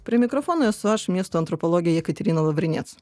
prie mikrofono esu aš miesto antropologė jekaterina lavrinec